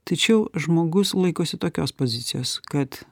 tačiau žmogus laikosi tokios pozicijos kad